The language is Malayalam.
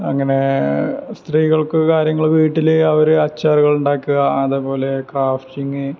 അങ്ങനെ സ്ത്രീകൾക്ക് കാര്യങ്ങള് വീട്ടില് അവര് അച്ചാറുകള് ഉണ്ടാക്കുക അതേപോലെ ക്രാഫ്റ്റിങ്ങ്